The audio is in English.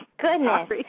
goodness